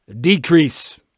decrease